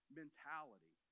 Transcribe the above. mentality